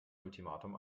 ultimatum